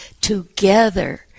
together